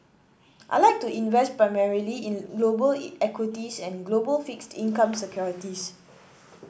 I like to invest primarily in global equities and global fixed income securities